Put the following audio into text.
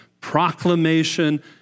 proclamation